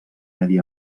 medi